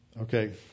Okay